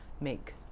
make